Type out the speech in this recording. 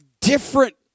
different